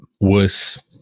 worse